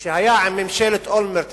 שהיה עם ממשלת אולמרט,